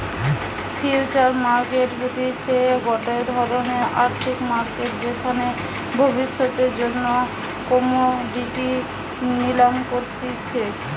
future market হতিছে গটে ধরণের আর্থিক মার্কেট যেখানে ভবিষ্যতের জন্য কোমোডিটি নিলাম করতিছে